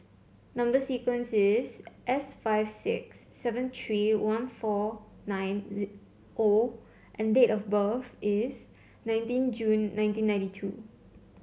number sequence is S five six seven three one four nine O and date of birth is nineteen June nineteen ninety two